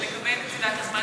ולגבי נקודת הזמן